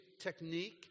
technique